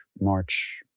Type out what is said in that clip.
March